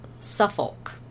Suffolk